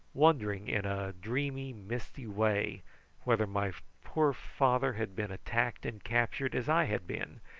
wondering in a dreamy misty way whether my poor father had been attacked and captured as i had been,